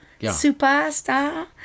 Superstar